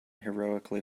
heroically